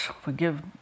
forgive